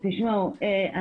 תשמעו,